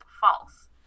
false